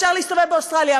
אפשר להסתובב באוסטרליה,